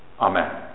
Amen